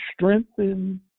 strengthen